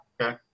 Okay